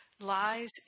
lies